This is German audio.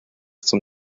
zum